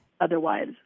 Otherwise